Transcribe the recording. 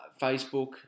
Facebook